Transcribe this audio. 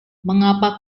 mengapa